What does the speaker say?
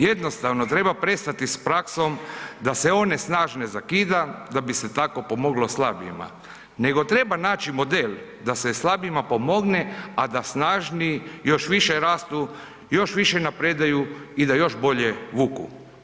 Jednostavno, treba prestati s praksom da se one snažne zakida da bi se tako pomoglo slabijima, nego treba naći model da se slabijima pomogne, a da snažni još više rastu, još više napreduju i da još bolje vuku.